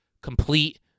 complete